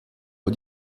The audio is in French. aux